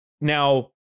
now